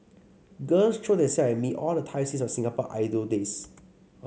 girls throw them self at me all the time since my Singapore Idol days